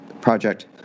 project